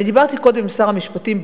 אני דיברתי קודם עם שר המשפטים,